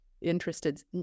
interested